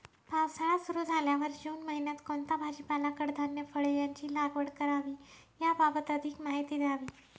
पावसाळा सुरु झाल्यावर जून महिन्यात कोणता भाजीपाला, कडधान्य, फळे यांची लागवड करावी याबाबत अधिक माहिती द्यावी?